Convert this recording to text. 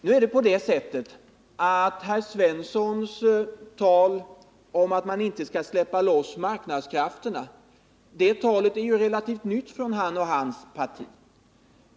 Nu är herr Svenssons tal om att man inte skall släppa loss marknadskrafterna relativt nytt för att komma från honom och hans parti.